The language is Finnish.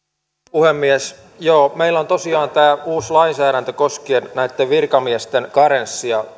puhemies joo meillä on tosiaan hallintovaliokunnan käsittelyssä tämä uusi lainsäädäntö koskien näitten virkamiesten karenssia